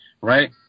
right